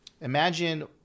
imagine